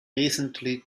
recently